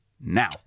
now